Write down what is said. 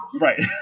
Right